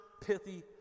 pithy